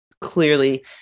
clearly